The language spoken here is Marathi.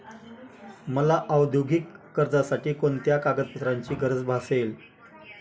मला औद्योगिक कर्जासाठी कोणत्या कागदपत्रांची गरज भासेल?